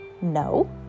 No